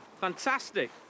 Fantastic